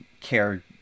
care